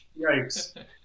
Yikes